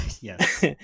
Yes